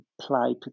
play